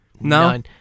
No